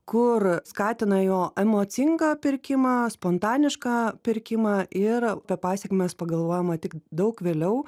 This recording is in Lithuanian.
kur skatina jo emocingą pirkimą spontanišką pirkimą ir apie pasekmes pagalvojama tik daug vėliau